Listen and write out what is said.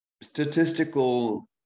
statistical